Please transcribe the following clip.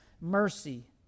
mercy